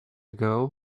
ago